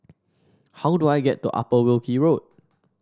how do I get to Upper Wilkie Road